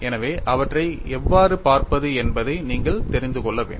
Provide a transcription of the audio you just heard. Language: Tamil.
எனவே அவற்றை எவ்வாறு பார்ப்பது என்பதை நீங்கள் தெரிந்து கொள்ள வேண்டும்